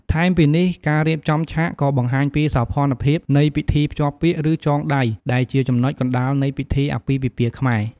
ថែមពីនេះការរៀបចំឆាក ក៏បង្ហាញពីសោភ័ណភាព នៃពិធី ភ្ជាប់ពាក្យ ឬ ចងដៃ ដែលជាចំណុចកណ្ដាលនៃពិធីអាពាហ៍ពិពាហ៍ខ្មែរ។